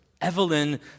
Evelyn